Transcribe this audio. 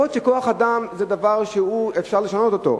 יכול להיות שכוח-אדם זה דבר שאפשר לשנות אותו.